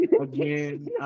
again